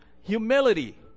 humility